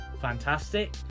fantastic